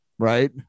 Right